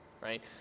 right